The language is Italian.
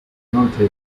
inoltre